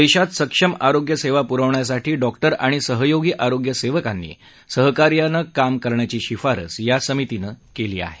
देशात सक्षम आरोग्य सेवा पुरवण्यासाठी डॉक्टर आणि सहयोगी आरोग्य सेवकांनी सहकार्यानं काम करण्याची शिफारस या समितीनं केली आहे